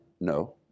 No